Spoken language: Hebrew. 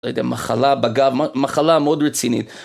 לא יודע, מחלה בגב, מחלה מאוד רצינית.